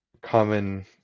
common